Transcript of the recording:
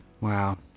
Wow